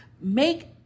Make